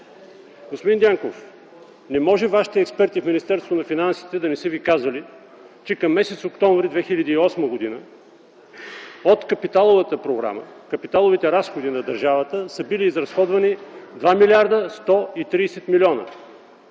Господин Дянков, не може вашите експерти в Министерството на финансите да не са Ви казали, че към м. октомври 2008 г. от капиталовата програма, от капиталовите разходи на държавата са били изразходвани 2 млрд. 130 млн.